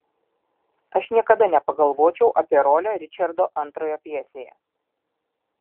aš niekada nepagalvočiau apie rolę ričardo ii pjesėje